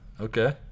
Okay